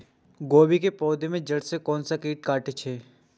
गोभी के पोधा के जड़ से कोन कीट कटे छे?